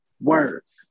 words